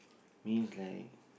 means like